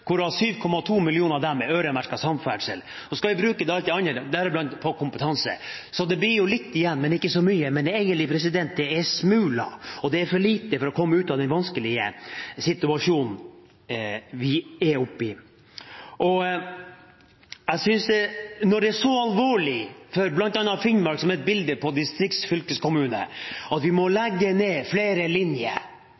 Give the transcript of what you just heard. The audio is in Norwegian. hvorav 7,2 mill. kr er øremerket samferdsel. Så skal vi bruke alt det andre, deriblant på kompetanse. Det blir jo litt igjen, men ikke så mye – egentlig er det smuler, og det er for lite til å komme ut av den vanskelige situasjonen vi er i. Når det er så alvorlig for bl.a. Finnmark, som er et bilde på en distriktsfylkeskommune, at vi må